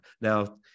Now